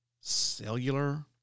cellular